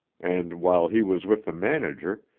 and, while he was with the manager,